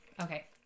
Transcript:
Okay